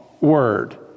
word